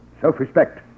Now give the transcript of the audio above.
Self-respect